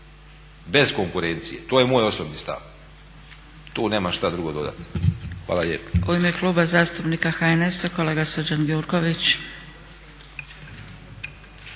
Bez konkurencije. To je moj osobni stav. Tu nemam šta drugo dodat. Hvala